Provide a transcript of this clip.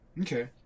Okay